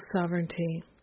sovereignty